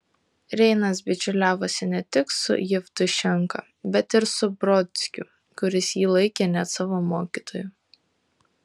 reinas bičiuliavosi ne tik su jevtušenka bet ir su brodskiu kuris jį laikė net savo mokytoju